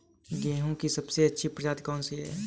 गेहूँ की सबसे अच्छी प्रजाति कौन सी है?